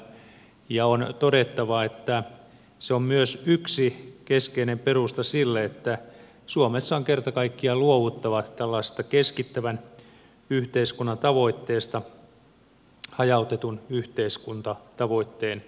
ja on todettava että se on myös yksi keskeinen perusta sille että suomessa on kerta kaikkiaan luovuttava tällaisesta keskittävän yhteiskunnan tavoitteesta hajautetun yhteiskuntatavoitteen hyväksi